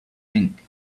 ink